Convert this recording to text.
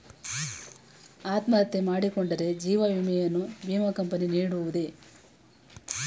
ಅತ್ಮಹತ್ಯೆ ಮಾಡಿಕೊಂಡರೆ ಜೀವ ವಿಮೆಯನ್ನು ವಿಮಾ ಕಂಪನಿ ನೀಡುವುದೇ?